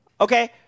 okay